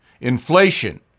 Inflation